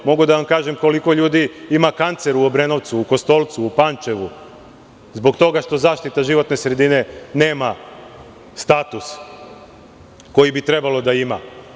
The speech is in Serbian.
Mogu da vam kažem koliko ljudi ima kancer u Obrenovcu, Kostolcu, Pančevu zbog toga što zaštita životne sredine nema status koji bi trebalo da ima.